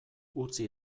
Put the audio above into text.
utzi